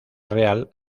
real